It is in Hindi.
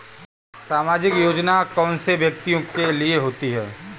सामाजिक योजना कौन से व्यक्तियों के लिए होती है?